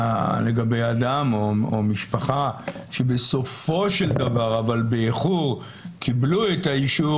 לגבי אדם או משפחה שבסופו של דבר אבל באיחור קיבלו את האישור,